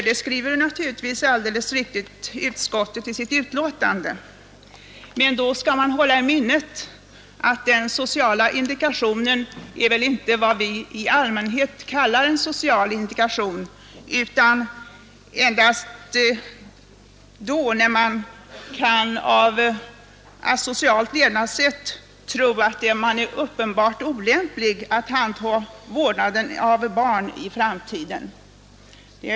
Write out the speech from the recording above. Det skriver också utskottet i sitt betänkande, men då skall man hålla i minnet att den sociala indikationen inte är vad vi i allmänhet kallar en social indikation, utan den gäller endast när vederbörande på grund av ett asocialt levnadssätt är uppenbart olämplig att handha vården av barn i framtiden.